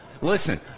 Listen